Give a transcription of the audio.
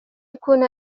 أكون